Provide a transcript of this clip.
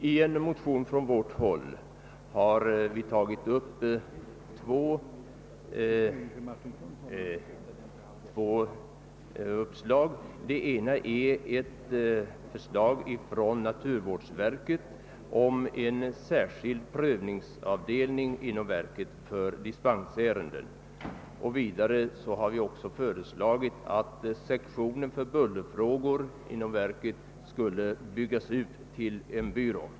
I en motion från vårt håll har vi tagit upp två uppslag. Det ena är ett förslag från naturvårdsverket om en särskild prövningsavdelning inom verket för .dispensärenden. Vidare har vi föreslagit, att sektionen för bullerfrågor inom verket skulle byggas ut till en byrå.